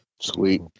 Sweet